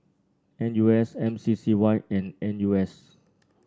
N U S M C C Y and N U S